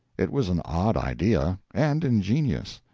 it was an odd idea, and ingenious.